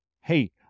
Hey